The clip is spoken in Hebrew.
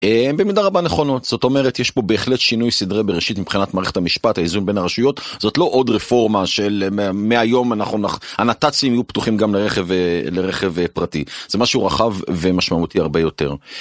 במידה רבה נכונות זאת אומרת יש פה בהחלט שינוי סדרי בראשית מבחינת מערכת המשפט האיזון בין הרשויות זאת לא עוד רפורמה של מהיום אנחנו הנת"צים יהיו פתוחים גם לרכב לרכב פרטי זה משהו רחב ומשמעותי הרבה יותר.